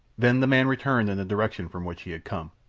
then the man returned in the direction from which he had come.